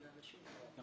סניף.